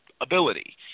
ability